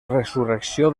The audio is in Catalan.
resurrecció